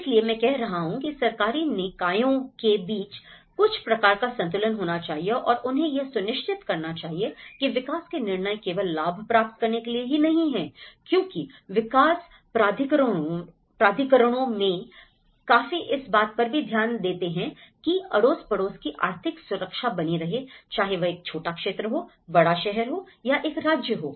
इसलिए मैं कह रहा हूं कि सरकारी निकायों के बीच कुछ प्रकार का संतुलन होना चाहिए और उन्हें यह सुनिश्चित करना चाहिए कि विकास के निर्णय केवल लाभ प्राप्त करने के लिए ही नहीं हैं क्योंकि विकास प्राधिकरणों में काफी इस बात पर भी ध्यान देते हैं कि अड़ोस पड़ोस की आर्थिक सुरक्षा बनी रहे चाहे वह एक छोटा क्षेत्र हो बड़ा शहर हो या एक राज्य हो